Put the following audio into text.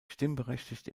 stimmberechtigt